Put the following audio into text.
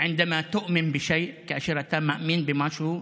כאשר אתה מאמין במשהו,)